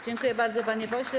Dziękuję bardzo, panie pośle.